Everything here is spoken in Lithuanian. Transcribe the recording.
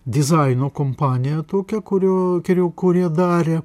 dizaino kompanija tokia kurio geriau kurie darė